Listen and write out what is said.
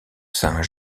saint